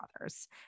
others